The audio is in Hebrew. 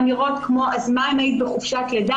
אמירות כמו "אז מה אם היית בחופשת לידה,